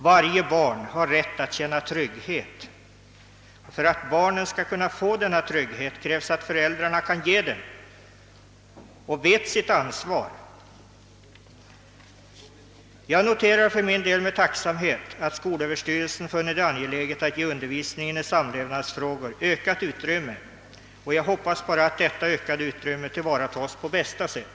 Varje barn har rätt att känna trygghet. Och för att barnen skall kunna få denna trygghet krävs att föräldrarna kan ge den och att de känner sitt ansvar. Jag noterar med tacksamhet att skolöverstyrelsen har funnit det angeläget att ge undervisning i samlevnadsfrågor ökat utrymme och jag hoppas att detta ökade utrymme kommer att tillvaratas på bästa sätt.